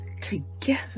together